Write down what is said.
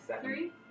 three